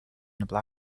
getting